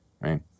right